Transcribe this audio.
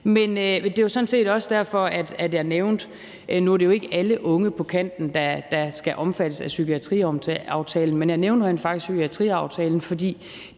tid eller deltid, eller hvad det end måtte være. Nu er det jo ikke alle unge på kanten, der skal omfattes af psykiatriaftalen, men jeg nævnte rent faktisk psykiatriaftalen, for